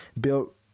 built